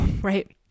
right